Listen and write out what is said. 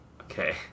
Okay